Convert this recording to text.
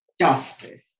justice